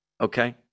Okay